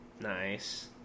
Nice